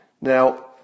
Now